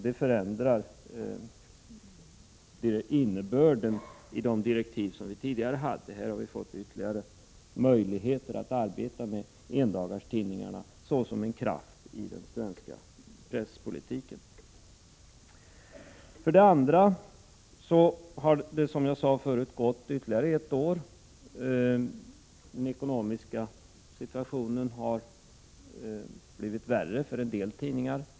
Det förändrar innebörden i de direktiv som vi tidigare hade. Här har vi nu fått ytterligare möjligheter att arbeta med endagstidningarna såsom en kraft i den svenska presspolitiken. Som jag sade förut har det nu gått ytterligare ett år. Den ekonomiska situationen har blivit värre för en del tidningar.